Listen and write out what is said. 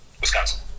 wisconsin